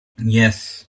yes